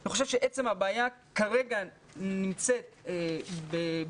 אני חושב שעצם הבעיה כרגע נמצאת באגף